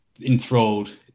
enthralled